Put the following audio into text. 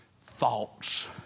thoughts